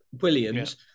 Williams